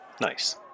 Nice